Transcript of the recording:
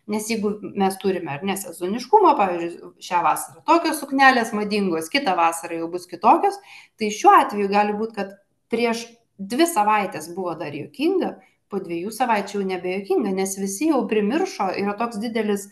nes jeigu mes turime ar ne sezoniškumą pavyzdžiui šią vasarą tokios suknelės madingos kitą vasarą jau bus kitokios tai šiuo atveju gali būt kad prieš dvi savaites buvo dar juokinga po dviejų savaičių jau nebejuokinga nes visi jau primiršo yra toks didelis